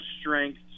strength